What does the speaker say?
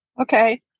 Okay